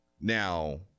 Now